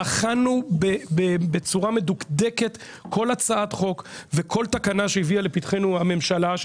בחנו בצורה מדוקדקת כל הצעת חוק וכל תקנה שהביאה לפתחנו הממשלה,